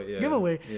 giveaway